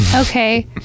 Okay